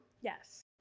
Yes